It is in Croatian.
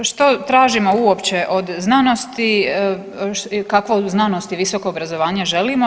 Što tražimo uopće od znanosti, kakvo znanost i visoko obrazovanje želimo?